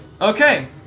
Okay